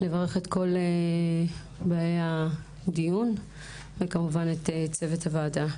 לברך את כל באי הדיון וכמובן את צוות הוועדה.